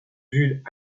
vue